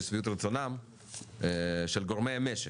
לשביעות רצונם של גורמי המשק,